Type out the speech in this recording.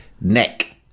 neck